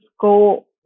go